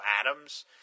Adams